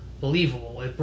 believable